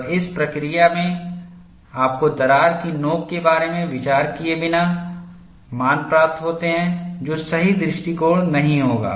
और इस प्रक्रिया में आपको दरार की नोक के बारे में विचार किए बिना मान प्राप्त होते हैं जो सही दृष्टिकोण नहीं होगा